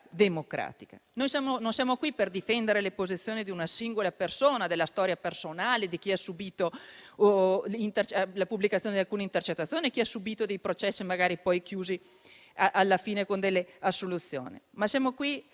Non siamo qui per difendere le posizioni di una singola persona o la storia personale di chi ha subìto la pubblicazione di alcune intercettazioni, di chi ha subìto dei processi che alla fine si sono chiusi con delle assoluzioni, ma siamo qui